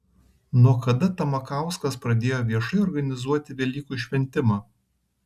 nuo kada tamakauskas pradėjo viešai organizuoti velykų šventimą